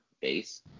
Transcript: base